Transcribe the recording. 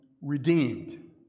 redeemed